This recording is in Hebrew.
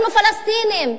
אנחנו פלסטינים,